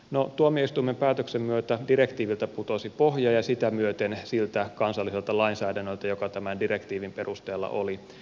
no tuomioistuimen päätöksen myötä direktiiviltä putosi pohja ja sitä myöten siltä kansalliselta lainsäädännöltä joka tämän direktiivin perusteella oli meillä kirjattu